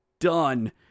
done